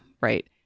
Right